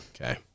Okay